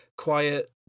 quiet